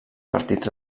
partits